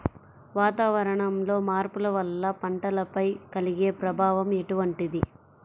వాతావరణంలో మార్పుల వల్ల పంటలపై కలిగే ప్రభావం ఎటువంటిది?